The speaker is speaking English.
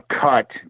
cut